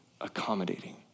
accommodating